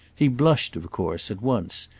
he blushed of course, at once,